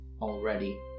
Already